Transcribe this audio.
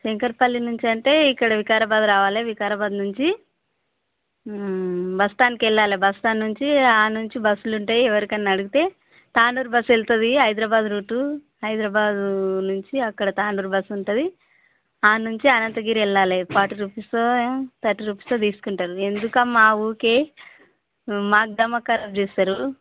శంకరపల్లి నుంచి అంటే ఇక్కడ వికారాబాద్ రావాలి వికారాబాద్ నుంచి బస్ స్టాండ్కి వెళ్ళాలి బస్ స్టాండ్ నుంచి అక్కడ నుంచి బస్సులు ఉంటాయి ఎవరికైనా అడిగితే తాండూరు బస్సు వెళుతుంది హైదరాబాదు రూటు హైద్రాబాదు నుంచి అక్కడ తాండూరు బస్సు ఉంటుంది అక్కడ నుంచి అనంతగిరి వెళ్ళాలి ఫార్టీ రూపీసో థర్టీ రూపీసో తీసుకుంటారు ఎందుకమ్మా ఊరికే మాకు దమాక్ ఖరాబ్ చేస్తారు